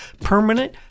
permanent